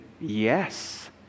yes